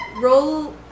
Roll